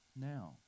Now